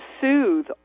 soothe